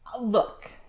look